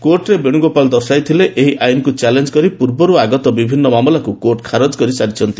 କୋର୍ଟରେ ବେଣୁଗୋପାଳ ଦର୍ଶାଇଥିଲେ ଏହି ଆଇନ୍କୁ ଚ୍ୟାଲେଞ୍ଜ କରି ପୂର୍ବରୁ ଆଗତ ବିଭିନ୍ନ ମାମଲାକୁ କୋର୍ଟ ଖାରଜ କରିସାରିଛନ୍ତି